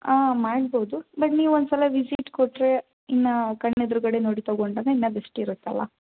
ಹಾಂ ಮಾಡ್ಬೋದು ಬಟ್ ನೀವು ಒಂದು ಸಲ ವಿಸಿಟ್ ಕೊಟ್ಟರೆ ಇನ್ನೂ ಕಣ್ಣ ಎದುರುಗಡೆ ನೋಡಿ ತಗೊಂಡಾಗ ಇನ್ನೂ ಬೆಸ್ಟ್ ಇರುತ್ತಲ್ಲ